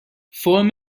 فرم